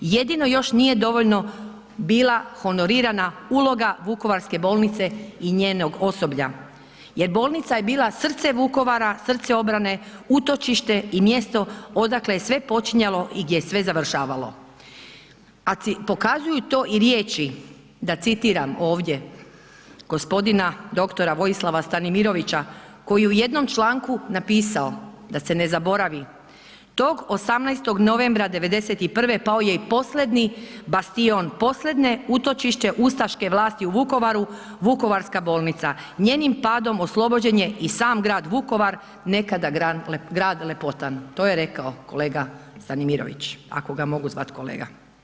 Jedino još nije dovoljno bila honorirana uloga vukovarske bolnice i njenog osoblja jer bolnica je bila srce Vukovara, srce obrane, utočište i mjesto odakle je sve počinjalo i gdje je sve završavalo, a pokazuju to i riječi da citiram ovdje g. dr. Vojislava Stanimirovića koji je u jednom članku napisao „Da se ne zaboravi, tog 18. novembra '91. pao je i posledni bastion, posledne utočišće ustaške vlasti u Vukovaru, vukovarska bolnica, njenim padom oslobođen je i sam grad Vukovar, nekada grad lepotan“, to je rekao kolega Stanimirović, ako ga mogu zvat kolega.